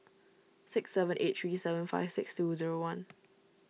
six seven eight three seven five six two zero one